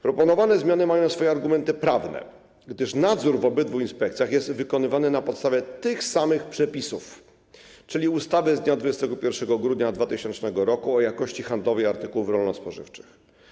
Proponowane zmiany mają swoje argumenty prawne, gdyż nadzór w obydwu inspekcjach jest wykonywany na podstawie tych samych przepisów, czyli ustawy z dnia 21 grudnia 2000 r. o jakości handlowej artykułów rolno-spożywczych.